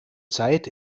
zeit